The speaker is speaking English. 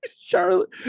Charlotte